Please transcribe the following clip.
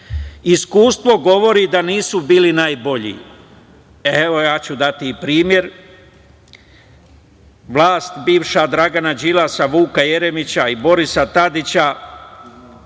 govori da nisu bili najbolji, a evo ja ću dati i primer, vlast bivša Dragana Đilasa, Vuka Jeremića i Borisa Tadića,